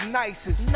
nicest